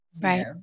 Right